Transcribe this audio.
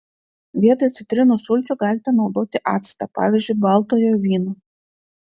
vietoj citrinų sulčių galite naudoti actą pavyzdžiui baltojo vyno